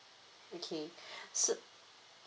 okay so